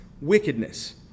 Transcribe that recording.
wickedness